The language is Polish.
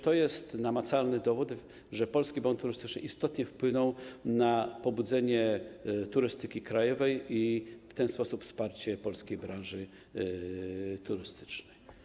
To jest namacalny dowód, że Polski Bon Turystyczny istotnie wpłynął na pobudzenie turystyki krajowej i przez to na wsparcie polskiej branży turystycznej.